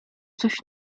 coś